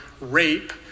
rape